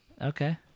okay